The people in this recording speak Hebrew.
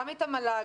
גם את המל"ג,